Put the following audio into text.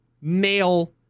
male